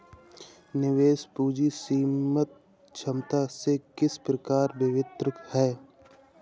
निवेश पूंजी सीमांत क्षमता से किस प्रकार भिन्न है?